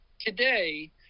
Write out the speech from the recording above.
Today